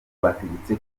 rwategetse